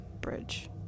bridge